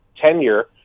tenure